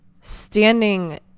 standing